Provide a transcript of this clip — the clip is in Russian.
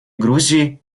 грузии